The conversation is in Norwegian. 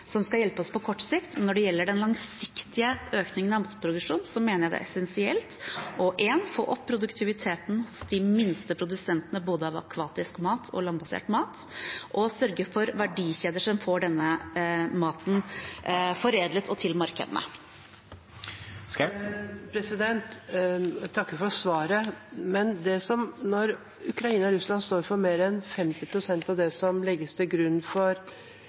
som skal hjelpe oss på kort sikt. Når det gjelder den langsiktige økningen av matproduksjon, mener jeg det er essensielt for det første å få opp produktiviteten hos de minste produsentene både av akvatisk mat og landbasert mat, og å sørge for verdikjeder som får denne maten foredlet og fram til markedene. Ingjerd Schou – til oppfølgingsspørsmål. Jeg takker for svaret, men når Ukraina og Russland står for mer enn 50 pst. av det som legges til grunn for